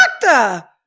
doctor